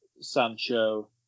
Sancho